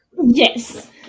Yes